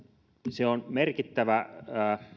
se on merkittävä